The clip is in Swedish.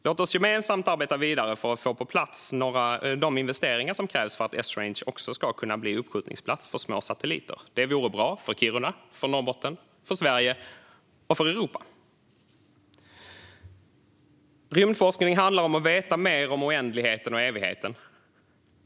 Låt oss gemensamt arbeta vidare för att få på plats de investeringar som krävs för att Esrange också ska kunna bli uppskjutningsplats för små satelliter. Det vore bra för Kiruna, för Norrbotten, för Sverige och för Europa. Rymdforskning handlar om att veta mer om oändligheten och evigheten.